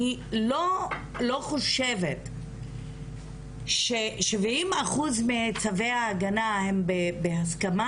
אני לא חושבת ש-70 אחוזים מצווי ההגנה הם בהסכמה,